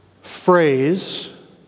phrase